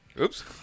Oops